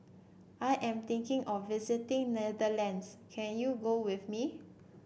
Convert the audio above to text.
I am thinking of visiting Netherlands can you go with me